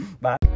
Bye